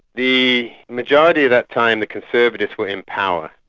the majority of that time, the conservatives were in power,